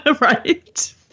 Right